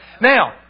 Now